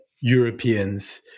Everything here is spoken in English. Europeans